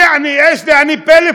יעני יש פלאפון,